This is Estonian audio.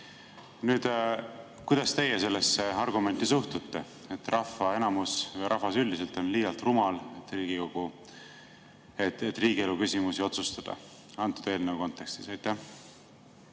Kuidas teie sellesse argumenti suhtute, et rahva enamus, rahvas üldiselt on liialt rumal, et riigielu küsimusi otsustada, antud eelnõu kontekstis?